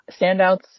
standouts